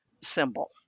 symbol